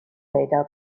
پیدا